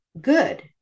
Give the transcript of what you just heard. good